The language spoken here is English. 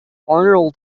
arnold